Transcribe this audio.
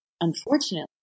unfortunately